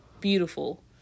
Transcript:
Beautiful